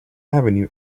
avenue